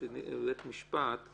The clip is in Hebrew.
לא, בתי הדין הרבניים זה סיפור נפרד.